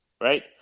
right